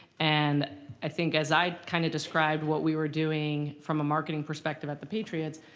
and i think as i kind of described what we were doing from a marketing perspective at the patriots,